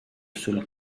sul